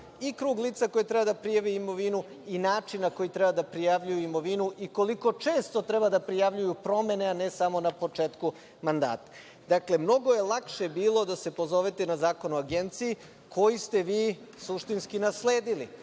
i krug lica koja treba da prijave imovinu i način na koji treba da prijavljuju imovinu i koliko često treba da prijavljuju promene, a ne samo na početku mandata. Dakle, mnogo je lakše bilo da se pozovete na Zakon o agenciji, koji ste vi suštinski nasledili.